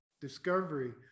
discovery